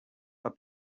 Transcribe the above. are